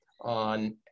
on